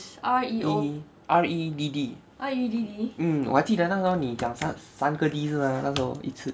E E R E D D mm 我还记得那时候你讲三个 D 是吗那时候一次